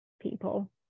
people